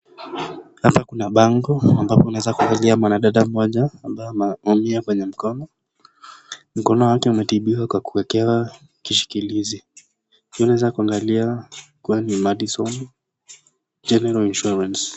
Hapa kuna bango ambapo unaweza kuangalia mwanadada mmoja ambaye ameumia kwenye mkono. Mkono wake umetibiwa kwa kuwekewa kishikizi unaweza kuangalia kuwa ni maddison generall insurance .